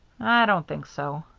i don't think so.